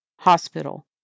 hospital